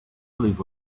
believe